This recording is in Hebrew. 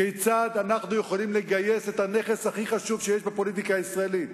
כיצד אנחנו יכולים לגייס את הנכס הכי חשוב שיש בפוליטיקה הישראלית,